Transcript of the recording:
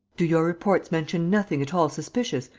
do your reports mention nothing at all suspicious,